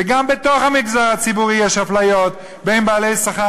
וגם בתוך המגזר הציבורי יש הפליות בין בעלי שכר